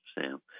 Sam